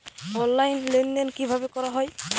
Online লেনদেন কিভাবে করা হয়?